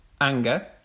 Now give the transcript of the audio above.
anger